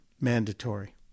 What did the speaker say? mandatory